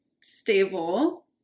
stable